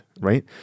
Right